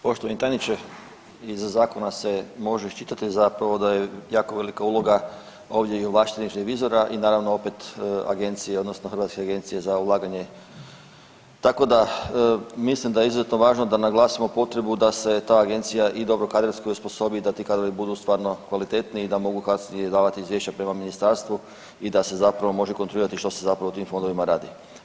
Poštovani tajniče iz zakona se ože iščitati zapravo da je jako velika uloga ovdje i ovlaštenih revizora i naravno opet agencije odnosno Hrvatske agencije za ulaganje tako da mislim da je izuzeto važno da naglasimo da se ta agencija i dobro kadrovski osposobi i da ti kadrovi budu stvarno kvalitetni i da mogu kasnije davati izvješća prema ministarstvu i da se zapravo može kontrolirati što se zapravo u tim fondovima radi.